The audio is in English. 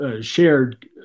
shared